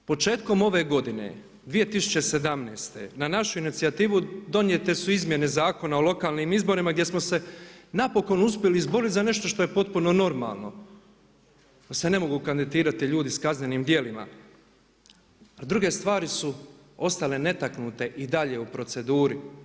Početkom ove godine 2017. na našu inicijativu donijete su izmjene zakona o lokalnim izborima gdje smo se napokon uspjeli izboriti za nešto što je potpuno normalno, da se ne mogu kandidirati ljudi s kaznenim djelima a druge stvari su ostale netaknute i dalje u proceduri.